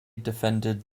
defended